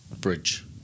bridge